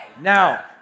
Now